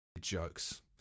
Jokes